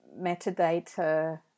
metadata